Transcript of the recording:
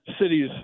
cities